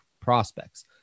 prospects